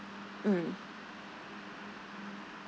mm